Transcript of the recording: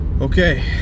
okay